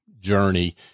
journey